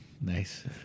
Nice